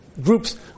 groups